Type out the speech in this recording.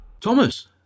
Thomas